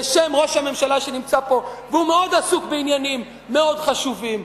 בשם ראש הממשלה שנמצא פה והוא מאוד עסוק בעניינים מאוד חשובים,